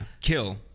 Kill